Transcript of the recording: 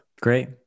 Great